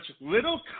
little